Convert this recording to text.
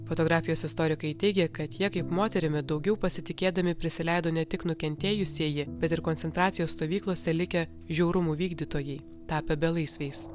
fotografijos istorikai teigia kad ja kaip moterimi daugiau pasitikėdami prisileido ne tik nukentėjusieji bet ir koncentracijos stovyklose likę žiaurumų vykdytojai tapę belaisviais